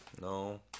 No